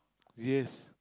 yes